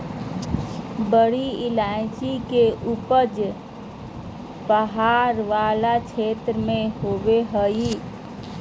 बड़ी इलायची के उपज पहाड़ वाला क्षेत्र में होबा हइ